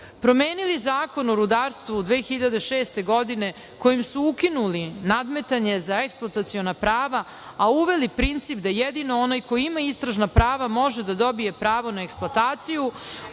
Promenili su Zakon o rudarstvu 2006. godine, kojim su ukinuli nadmetanje za eksploataciona prava, a uveli princip da jedino onaj ko ima istražna prava može da dobije pravo na eksploataciju,